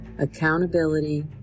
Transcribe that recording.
accountability